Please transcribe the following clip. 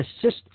assist